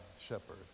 shepherd